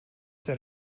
that